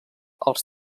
als